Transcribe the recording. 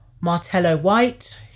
Martello-White